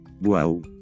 Wow